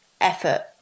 effort